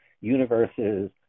universes